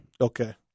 Okay